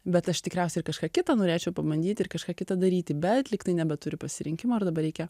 bet aš tikriausiai ir kažką kitą norėčiau pabandyt ir kažką kitą daryti bet lygtai nebeturi pasirinkimo ir dabar reikia